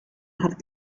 hat